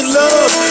love